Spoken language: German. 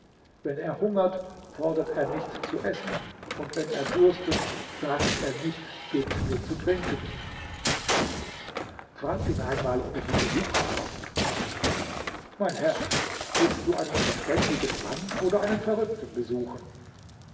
wenn er hungert fordert er nicht zu essen und wenn er dürstet sagt er nicht gebt mir zu trinken fragt ihn einmal ob ich ihn besuchen darf mein herr willst du einen verständigen mann oder einen verrückten besuchen